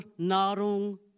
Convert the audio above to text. Nahrung